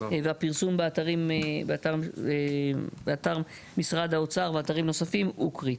ושהפרסום באתר משרד האוצר ובאתרים נוספים הוא קריטי.